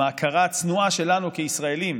עם ההכרה הצנועה שלנו כישראלים